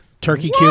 Turkey